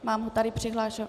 Mám tady přihlášku.